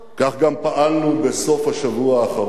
כך גם פעלנו בסוף השבוע האחרון.